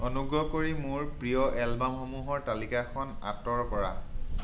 অনুগ্ৰহ কৰি মোৰ প্ৰিয় এলবামসমূহৰ তালিকাখন আঁতৰ কৰা